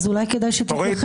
אז אולי כדאי שתתייחס.